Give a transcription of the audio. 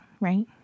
right